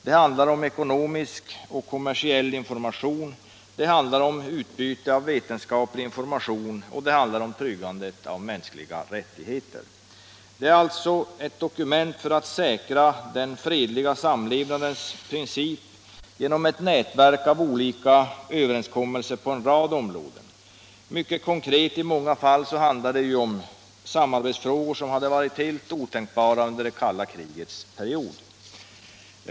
Det gäller ekonomisk och kommersiell information, det handlar om utbyte av vetenskaplig information och om tryggandet av mänskliga rättigheter. Det är alltså ett dokument för att säkra den fredliga samlevnadens princip genom ett nätverk av olika överenskommelser på en rad områden. I många fall handlar det mycket konkret om samarbetsfrågor som det hade varit helt otänkbart att ta upp under det kalla krigets period.